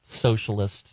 socialist